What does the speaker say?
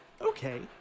Okay